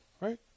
Right